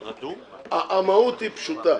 המהות היא פשוטה,